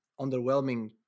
underwhelming